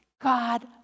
God